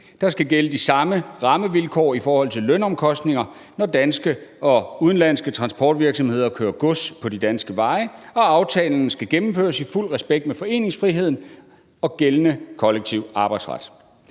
Der skal gælde de samme rammevilkår i forhold til lønomkostninger, når danske og udenlandske transportvirksomheder kører gods på de danske veje, og aftalen skal gennemføres i fuld respekt med foreningsfriheden og gældende kollektiv arbejdsret.